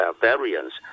variants